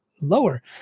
lower